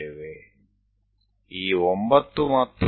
આને લંબાવો